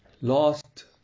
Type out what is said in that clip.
Lost